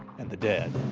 and the dead.